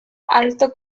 alto